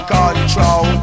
control